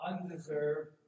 undeserved